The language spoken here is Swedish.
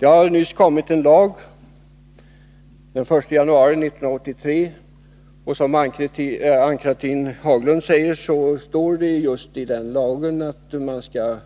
En ny lag trädde i kraft den 1 januari 1983, och som Ann-Cathrine Haglund sade står det just i den lagen att man skall